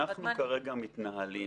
אנחנו כרגע מתנהלים